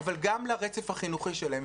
אבל גם לרצף החינוכי שלהם?